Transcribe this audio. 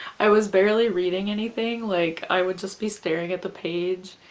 i was barely reading anything like i would just be staring at the page,